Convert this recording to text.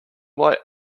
why